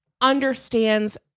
understands